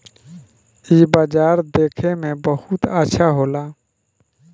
इ बाजार देखे में बहुते अच्छा होला